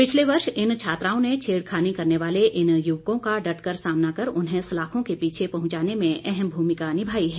पिछले वर्ष इन छात्राओं ने छेड़खानी करने वाले इन युवकों का डटकर सामना कर उन्हें सलाखों के पीछे पहुंचाने में अहम भूमिका निभाई है